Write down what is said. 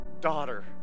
daughter